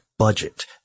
Budget